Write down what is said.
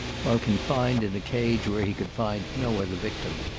while confined in a cage where he could find no other victim.